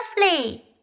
lovely